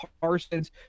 Parsons